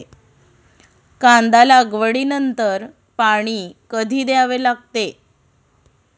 कांदा लागवडी नंतर पाणी कधी द्यावे लागते?